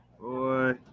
Boy